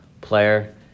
player